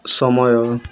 ସମୟ